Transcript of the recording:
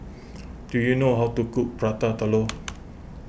do you know how to cook Prata Telur